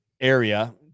area